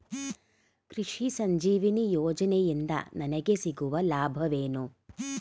ಕೃಷಿ ಸಂಜೀವಿನಿ ಯೋಜನೆಯಿಂದ ನನಗೆ ಸಿಗುವ ಲಾಭವೇನು?